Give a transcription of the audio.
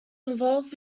involved